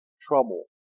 trouble